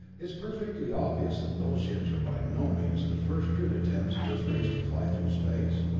it's perfectly obvious that those ships are by no means the first crude attempts of this race to fly through space.